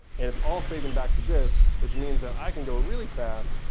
and it's all saving back to disk, which means that i can go really fast,